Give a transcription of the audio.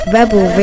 Rebel